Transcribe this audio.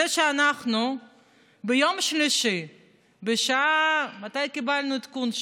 זה שאנחנו ביום שלישי בשעה, מתי קיבלנו עדכון?